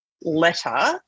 letter